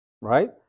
right